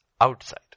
outside